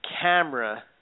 camera